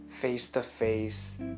face-to-face